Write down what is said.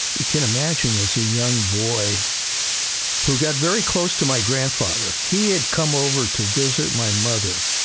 you can imagine, as a young boy who got very close to my grandfather, he had come over to visit my mother